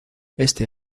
este